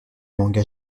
manga